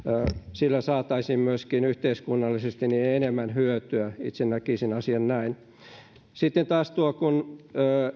sillä saataisiin myöskin yhteiskunnallisesti enemmän hyötyä itse näkisin asian näin sitten taas tuo että kun